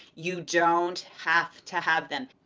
you don't have to have them.